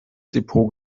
depot